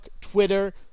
Twitter